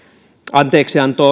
anteeksianto